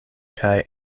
kaj